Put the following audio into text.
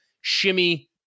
shimmy